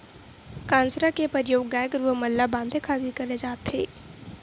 कांसरा के परियोग गाय गरूवा मन ल बांधे खातिर करे जाथे